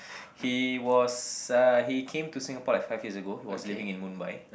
he was uh he came to Singapore like five years ago he was living in Mumbai